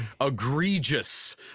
egregious